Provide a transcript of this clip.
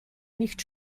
nicht